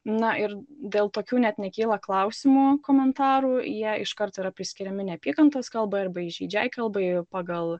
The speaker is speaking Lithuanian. na ir dėl tokių net nekyla klausimų komentarų jie iš kart yra priskiriami neapykantos kalbai arba įžeidžiai kalbai pagal